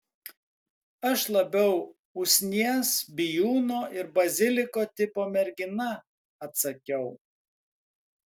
aš labiau usnies bijūno ir baziliko tipo mergina atsakiau